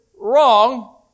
wrong